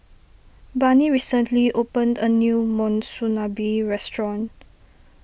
Barney recently opened a new Monsunabe restaurant